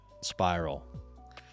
spiral